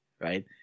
right